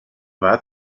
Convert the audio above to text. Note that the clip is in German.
war